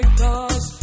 cause